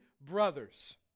brothers